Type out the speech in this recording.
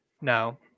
No